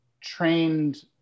trained